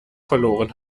verloren